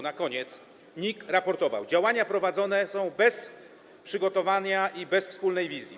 NIK raportował: Działania prowadzone są bez przygotowania i bez wspólnej wizji.